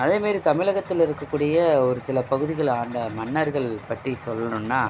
அதே மாரி தமிழகத்துல இருக்கக்கூடிய ஒரு சில பகுதிகளை ஆண்ட மன்னர்கள் பற்றி சொல்லணுன்னா